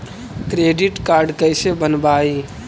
Credit card कैसे बनवाई?